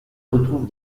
retrouve